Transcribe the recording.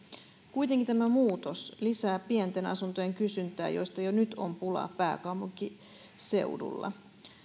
kuitenkin tämä muutos lisää pienten asuntojen kysyntää joista jo nyt on pulaa pääkaupunkiseudulla